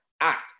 act